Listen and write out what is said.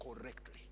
correctly